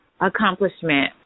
accomplishment